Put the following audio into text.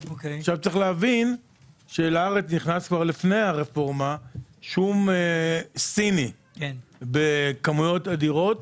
צריך להבין שלארץ נכנס כבר לפני הרפורמה שום סיני בכמויות אדירות.